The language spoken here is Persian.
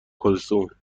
کلثومه